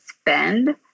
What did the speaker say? spend